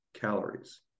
calories